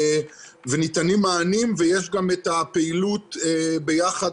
וניתנים מענים ויש גם את הפעילות ביחד,